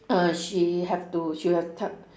uh she have to she will have to te~